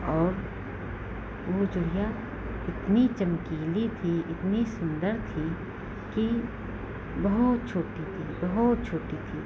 और वह चिड़िया इतनी चमकीली थी इतनी सुन्दर थी कि बहुत छोटी थी बहुत छोटी थी